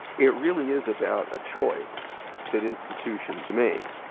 it really is about a choice that institutions make.